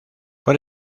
por